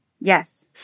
Yes